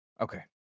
Okay